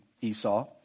Esau